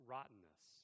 Rottenness